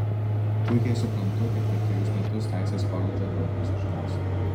puikiai suprantu kad per trejus metus teisės koledže daug nesužinosi